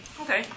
Okay